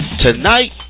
Tonight